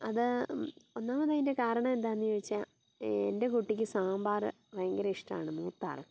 അത് ഒന്നാമത് അതിൻ്റെ കാരണം എന്താന്ന് ചോദിച്ചാൽ എൻ്റെ കുട്ടിക്ക് സാമ്പാർ ഭയങ്കര ഇഷ്ടമാണ് മൂത്തയാൾക്ക്